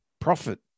profit